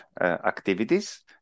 activities